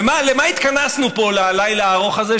למה התכנסנו פה ללילה הארוך הזה,